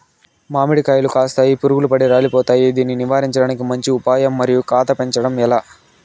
మామిడి కాయలు కాస్తాయి పులుగులు పడి రాలిపోతాయి దాన్ని నివారించడానికి మంచి ఉపాయం మరియు కాత పెంచడము ఏలా?